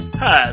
Hi